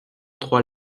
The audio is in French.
trois